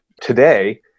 today